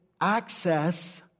access